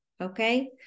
okay